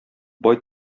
бай